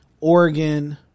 Oregon